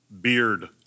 Beard